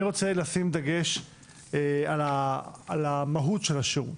אני רוצה לשים דגש על המהות של השירות.